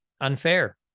unfair